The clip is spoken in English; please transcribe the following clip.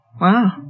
Wow